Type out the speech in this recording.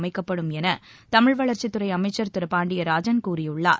அமைக்கப்படும் என தமிழ் வளர்ச்சித்துறை அமைச்சர் திரு பாண்டியராஜன் கூறியுள்ளார்